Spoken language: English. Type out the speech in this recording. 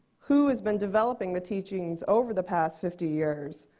who has been developing the teachings over the past fifty years?